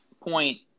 point